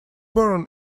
boron